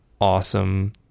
awesome